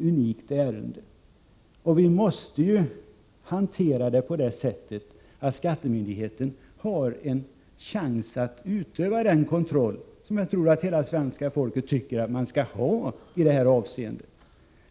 unikt ärende och att vi måste hantera det på ett sådant sätt att skattemyndigheten har en chans att utöva den kontroll som jag tror att hela svenska folket tycker att man skall ha i ett sådant här fall.